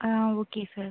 ah okay sir